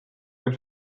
võib